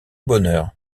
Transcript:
bonheur